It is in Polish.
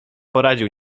poradził